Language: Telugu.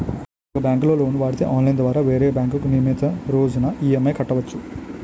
ఒక బ్యాంకులో లోను వాడితే ఆన్లైన్ ద్వారా వేరే బ్యాంకుకు నియమితు రోజున ఈ.ఎం.ఐ కట్టవచ్చు